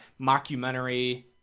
mockumentary